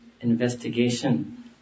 investigation